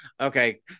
okay